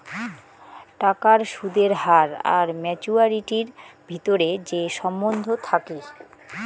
টাকার সুদের হার আর মাচুয়ারিটির ভিতরে যে সম্বন্ধ থাকি